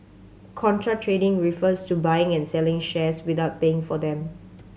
contra trading refers to buying and selling shares without paying for them